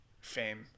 fame